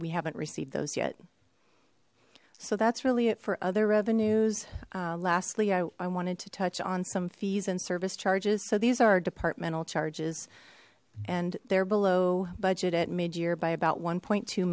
we haven't received those yet so that's really it for other revenues lastly i wanted to touch on some fees and service charges so these are departmental charges and they're below budget at mid year by about one point two